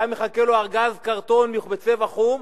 היה מחכה לו ארגז קרטון בצבע חום